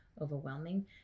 overwhelming